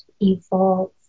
evolve